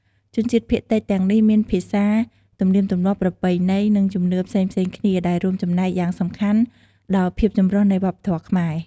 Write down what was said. ជនជាតិភាគតិចទាំងនេះមានភាសា ទំនៀមទម្លាប់ ប្រពៃណី និងជំនឿផ្សេងៗគ្នា ដែលរួមចំណែកយ៉ាងសំខាន់ដល់ភាពចម្រុះនៃវប្បធម៌ខ្មែរ។